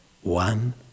one